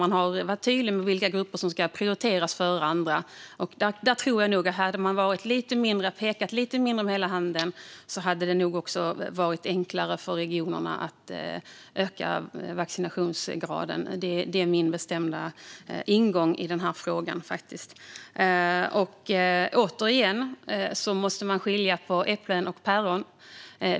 Man har varit tydlig med vilka grupper som ska prioriteras före andra. Jag tror att om man hade pekat lite mindre med hela handen hade det nog varit enklare för regionerna att öka vaccinationsgraden. Det är min bestämda ingång i denna fråga. Återigen: Man måste skilja mellan äpplen och päron.